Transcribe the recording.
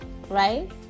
Right